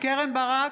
קרן ברק,